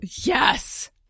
Yes